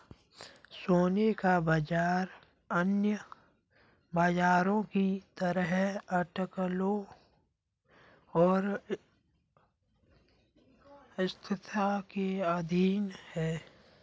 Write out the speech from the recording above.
सोने का बाजार अन्य बाजारों की तरह अटकलों और अस्थिरता के अधीन है